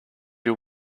you